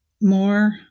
more